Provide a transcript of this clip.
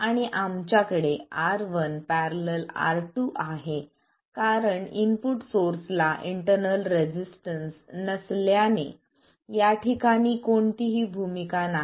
आणि आमच्याकडे R1║R2 आहे कारण इनपुट सोर्स ला इंटरनल रेसिस्टन्स नसल्याने या ठिकाणी कोणतीही भूमिका नाही